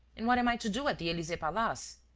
and what am i to do at the elysee-palace?